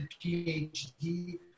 PhD